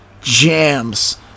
Jams